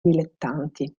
dilettanti